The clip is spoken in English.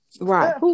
Right